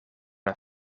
een